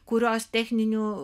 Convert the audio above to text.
kurios techninių